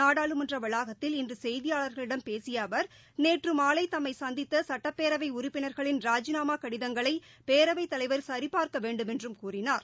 நாடாளுமன்றவளாத்தில் இன்றுசெய்தியாளர்களிடம் பேசியஅவர் நேற்றுமாலைதம்மைசந்தித்தசட்டப்பேரவைஉறுப்பினா்களின் ராஜிநாமாகடிதங்களைபேரவைத் தலைவர் சரிபார்க்கவேண்டுமென்றும் கூறினார்